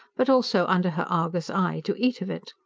but also, under her argus eye, to eat of it.